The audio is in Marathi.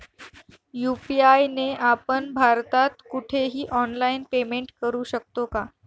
यू.पी.आय ने आपण भारतात कुठेही ऑनलाईन पेमेंट करु शकतो का?